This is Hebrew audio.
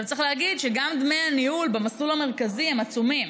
צריך להגיד שגם שדמי הניהול במסלול המרכזי הם עצומים.